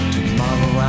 Tomorrow